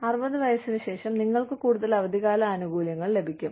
60 വയസ്സിന് ശേഷം നിങ്ങൾക്ക് കൂടുതൽ അവധിക്കാല ആനുകൂല്യങ്ങൾ ലഭിക്കും